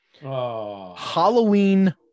Halloween